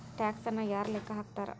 ಟ್ಯಾಕ್ಸನ್ನ ಯಾರ್ ಲೆಕ್ಕಾ ಹಾಕ್ತಾರ?